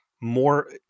more